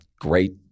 Great